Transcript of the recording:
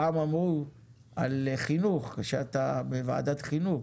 פעם אמרו על חינוך, כי אתה בוועדת חינוך,